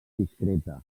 discreta